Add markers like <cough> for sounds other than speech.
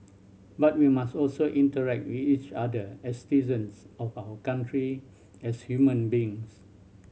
but we must also interact with each other as <unintelligible> of our country <noise> as human beings